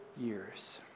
years